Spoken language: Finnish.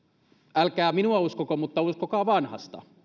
älkää minua uskoko mutta uskokaa vanhasta